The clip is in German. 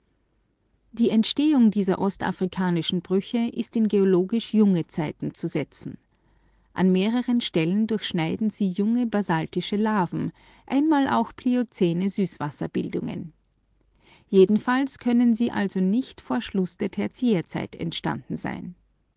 die entstehung dieser in ostafrika selbst maschenförmig angeordneten brüche ist in geologisch junge zeiten zu setzen an mehreren stellen durchschneiden sie junge basaltische laven einmal auch pliozäne süßwasserbildungen jedenfalls können sie also nicht vor schluß der tertiärzeit entstanden sein